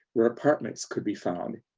where apartments could be found.